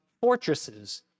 fortresses